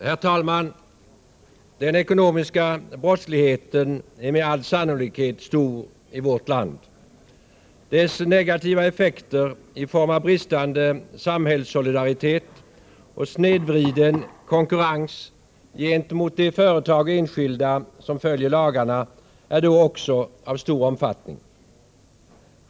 Herr talman! Den ekonomiska brottsligheten är med all sannolikhet stor i vårt land. Dess negativa effekter i form av bristande samhällssolidaritet och snedvriden konkurrens gentemot de företag och enskilda som följer lagarna är då också av stor omfattning.